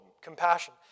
compassion